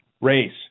race